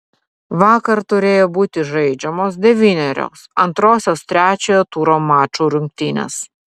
vakar turėjo būti žaidžiamos devynerios antrosios trečiojo turo mačų rungtynės